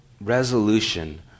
resolution